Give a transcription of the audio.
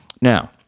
Now